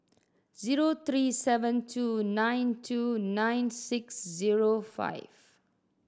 zero three seven two nine two nine six zero five